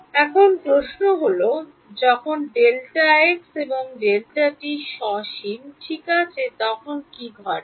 এখন প্রশ্ন হল যখন Δx এবং Δt সসীম ঠিক আছে তখন কী ঘটে